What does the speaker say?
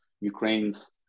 Ukraine's